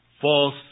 false